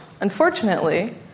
Unfortunately